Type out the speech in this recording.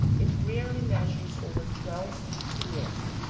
it rarely measures over twelve feet in length.